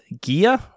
gear